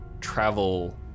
travel